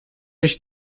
ich